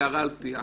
את הקערה על פיה?